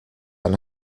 ein